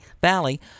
Valley